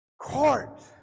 court